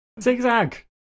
zigzag